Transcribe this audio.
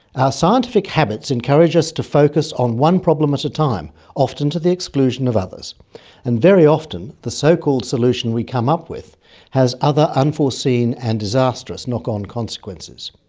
ah scientific habits encourage us to focus on one problem at a time, often to the exclusion of others and very often the so-called solution we come up with has other unforeseen and disastrous knock-on consequences.